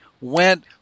went